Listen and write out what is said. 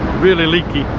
really leaky!